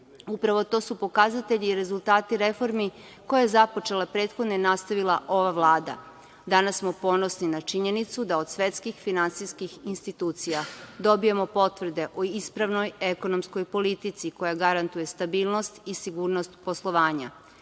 to su pokazatelji i rezultati reformi koje je započela prethodna i nastavila ova Vlada. Danas smo ponosni na činjenicu da od svetskih finansijskih institucija dobijamo potvrde o ispravnoj ekonomskoj politici koja garantuje stabilnost i sigurnost poslovanja.